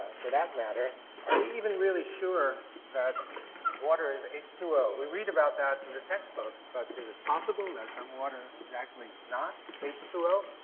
for that matter are we even really sure that water is h two o? we read about that in the textbook, but is it possible that some water is actually not h two o?